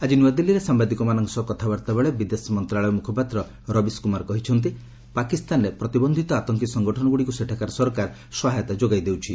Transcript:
ଆଜି ନ୍ତଆଦିଲ୍ଲୀରେ ସାମ୍ବାଦିକମାନଙ୍କ ସହ କଥାବାର୍ତ୍ତା ବେଳେ ବିଦେଶ ମନ୍ତ୍ରଣାଳୟ ମ୍ରଖପାତ୍ର ରବୀଶ କ୍ରମାର କହିଛନ୍ତି ପାକିସ୍ତାନରେ ପ୍ରତିବନ୍ଧିତ ଆତଙ୍କୀ ସଂଗଠନଗୁଡ଼ିକୁ ସେଠାକାର ସରକାର ସହାୟତା ଯୋଗାଇ ଦେଉଛନ୍ତି